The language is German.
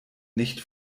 nicht